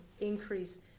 increase